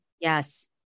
Yes